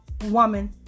woman